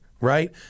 right